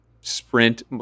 sprint